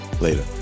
Later